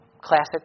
Classic